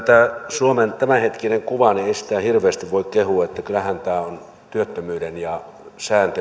suomen tämän hetkistä kuvaa kyllä hirveästi voi kehua kyllähän tämä on työttömyyden ja